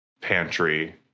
pantry